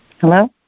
Hello